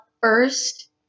first